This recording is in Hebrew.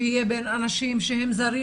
שיהיה בין אנשים שהם זרים.